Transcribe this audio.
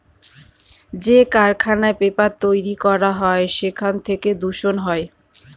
যে কারখানায় পেপার তৈরী করা হয় সেখান থেকে দূষণ হয়